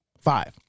five